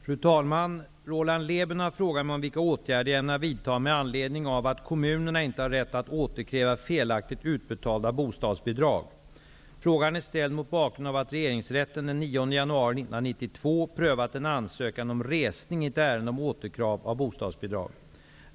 Fru talman! Roland Lében har frågat mig om vilka åtgärder jag ämnar vidta med anledning av att kommunerna inte har rätt att återkräva felaktigt utbetalda bostadsbidrag. Frågan är ställd mot bakgrund av att Regeringsrätten den 9 januari 1992 prövat en ansökan om resning i ett ärende om återkrav av bostadsbidrag.